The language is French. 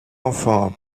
enfant